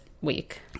week